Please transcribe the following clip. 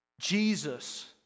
Jesus